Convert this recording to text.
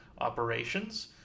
operations